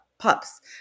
pups